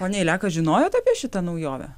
ponia eileka žinojot apie šitą naujovę